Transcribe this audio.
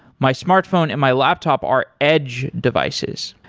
my smartphone and my laptop are edge devices.